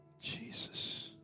Jesus